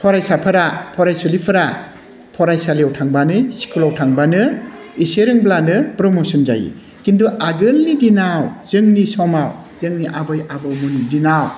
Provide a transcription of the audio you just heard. फरायसाफ्रा फरायसुलिफ्रा फरायसालियाव थांबानो स्कुलाव थांबानो इसे रोंब्लानो प्रम'सन जायो खिन्थु आगोलनि दिनाव जोंनि समाव जोंनि आबै आबौमोननि दिनाव